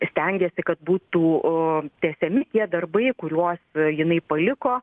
stengėsi kad būtų tęsiami tie darbai kuriuos jinai paliko